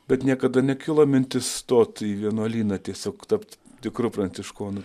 bet niekada nekilo mintis stot į vienuolyną tiesiog tapt tikru pranciškonu